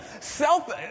Self